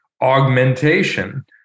augmentation